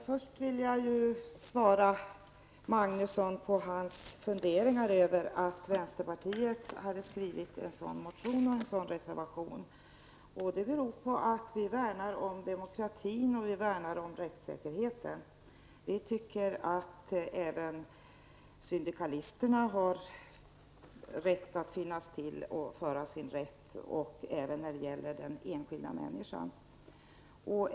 Fru talman! Jag vill först svara Göran Magnusson på hans funderingar över att vänsterpartiet skrivit en sådan här motion och reservation. Det beror på att vi värnar om demokratin och rättssäkerheten. Vi tycker att även syndikalisterna skall få finnas till och kunna få sin rätt. Det gäller alla enskilda människor.